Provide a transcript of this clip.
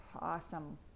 Awesome